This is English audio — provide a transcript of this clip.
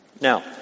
Now